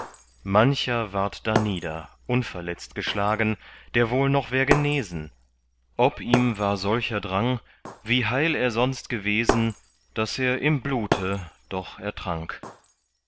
mancher ward danieder unverletzt geschlagen der wohl noch wär genesen ob ihm war solcher drang wie heil er sonst gewesen daß er im blute doch ertrank